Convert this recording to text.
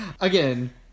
Again